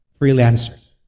freelancer